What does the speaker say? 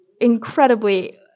incredibly